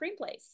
screenplays